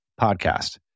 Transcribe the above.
podcast